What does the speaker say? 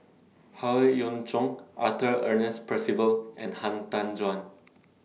Howe Yoon Chong Arthur Ernest Percival and Han Tan Juan